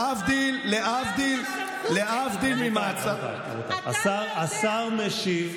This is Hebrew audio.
להבדיל ממעצר, השר משיב.